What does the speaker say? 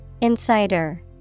Insider